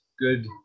good